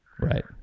right